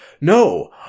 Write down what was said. No